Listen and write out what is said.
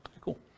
Cool